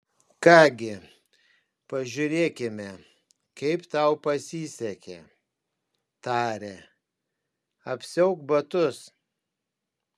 ką gi pažiūrėkime kaip tau pasisekė tarė apsiauk batus